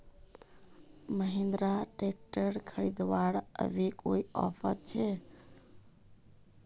Mahindra tractor खरीदवार अभी कोई ऑफर छे?